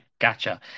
gotcha